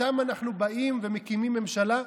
איתם אנחנו באים ומקימים ממשלה?